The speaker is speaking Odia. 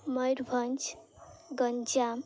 ମୟୂରଭଞ୍ଜ ଗଞ୍ଜାମ